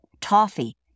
toffee